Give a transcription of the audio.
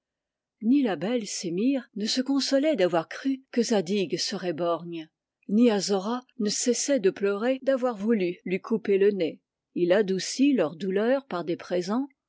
ni la belle sémire ne se consolait d'avoir cru que zadig serait borgne ni azora ne cessait de pleurer d'avoir voulu lui couper le nez il adoucit leurs douleurs par des présents